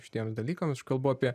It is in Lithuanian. šitiem dalykam aš kalbu apie